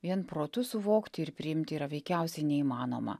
vien protu suvokti ir priimti yra veikiausiai neįmanoma